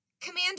Commander